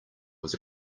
was